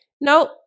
Nope